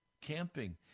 camping